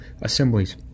assemblies